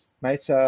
mate